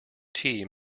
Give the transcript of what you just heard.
tea